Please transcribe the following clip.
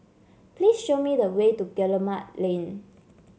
please show me the way to Guillemard Lane